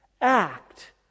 act